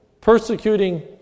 persecuting